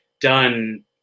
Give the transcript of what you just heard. done